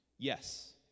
Yes